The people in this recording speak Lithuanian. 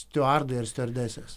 stiuardai ar stiuardesės